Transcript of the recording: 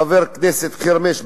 חבר הכנסת חרמש,